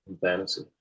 fantasy